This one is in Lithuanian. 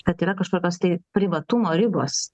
kad yra kažkokios tai privatumo ribos